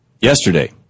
Yesterday